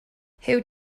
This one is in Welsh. huw